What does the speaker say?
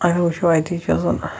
اَگر وُچھو اَتِچ یۄس زن